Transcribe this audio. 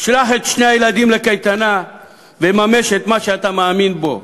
שלח את שני הילדים לקייטנה וממש את מה שאתה מאמין בו,